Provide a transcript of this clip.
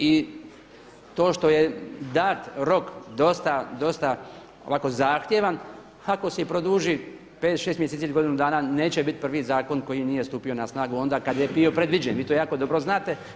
I to što je dan rok dosta, dosta ovako zahtjevan, ako se i produži 5, 6 mjeseci ili godinu dana neće biti prvi zakon koji nije stupio na snagu onda kada je bio predviđen, vi to jako dobro znate.